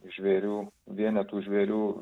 žvėrių vienetų žvėrių